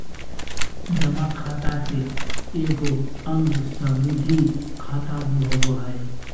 जमा खाता के एगो अंग सावधि खाता भी होबो हइ